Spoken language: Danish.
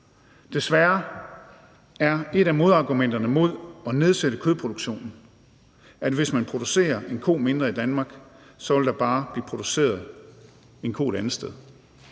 Desværre er et af modargumenterne mod at nedsætte kødproduktionen, at hvis man producerer en ko mindre i Danmark, vil der bare blive produceret en ko mere et andet sted.